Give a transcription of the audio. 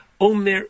Omer